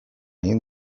egin